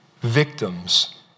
victims